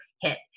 hit